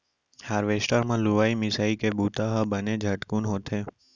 harvester म लुवई मिंसइ के बुंता ह बने झटकुन होथे